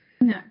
No